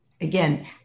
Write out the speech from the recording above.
again